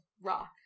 rock